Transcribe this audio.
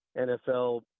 NFL